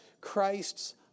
Christ's